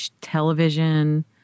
Television